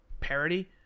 parody